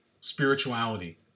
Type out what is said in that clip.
spirituality